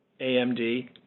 AMD